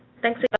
thanks,